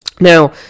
Now